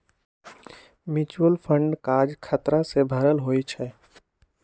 mutual fund काज़ खतरा से भरल होइ छइ